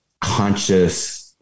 conscious